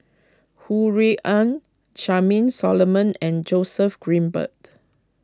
Ho Rui An Charmaine Solomon and Joseph Grimberg